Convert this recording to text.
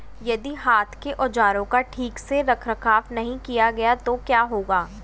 यदि हाथ के औजारों का ठीक से रखरखाव नहीं किया गया तो क्या होगा?